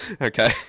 Okay